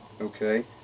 Okay